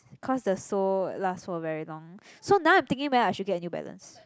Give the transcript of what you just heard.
cause the sole last for very long so now I'm thinking whether I should get New Balance